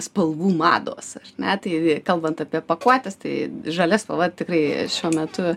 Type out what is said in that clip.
spalvų mados ne tai kalbant apie pakuotes tai žalia spalva tikrai šiuo metu